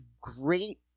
great